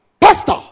Pastor